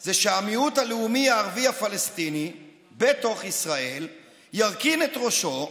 זה שהמיעוט הלאומי הערבי הפלסטיני בתוך ישראל ירכין את ראשו,